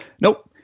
Nope